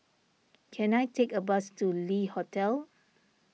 can I take a bus to Le Hotel